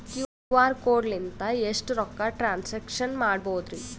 QR code ಲಿಂದ ಎಷ್ಟ ರೊಕ್ಕ ಟ್ರಾನ್ಸ್ಯಾಕ್ಷನ ಮಾಡ್ಬೋದ್ರಿ?